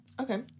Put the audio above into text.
Okay